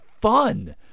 fun